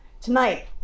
tonight